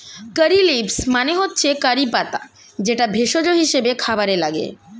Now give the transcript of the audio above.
কারী leaves মানে হচ্ছে curry পাতা যেটা ভেষজ হিসেবে খাবারে লাগে